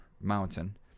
mountain